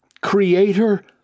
creator